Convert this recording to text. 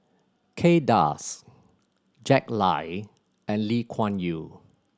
Kay Das Jack Lai and Lee Kuan Yew